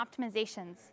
optimizations